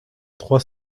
trois